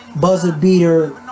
Buzzer-beater